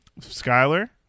Skyler